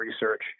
research